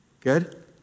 Good